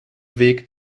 weg